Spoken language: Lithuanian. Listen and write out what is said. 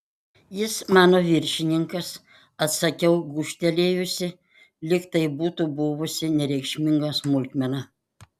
jis mano viršininkas atsakiau gūžtelėjusi lyg tai būtų buvusi nereikšminga smulkmena